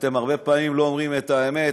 אתם הרבה פעמים לא אומרים את האמת,